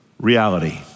reality